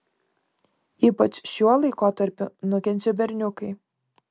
ypač šiuo laikotarpiu nukenčia berniukai